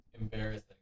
Embarrassing